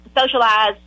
socialize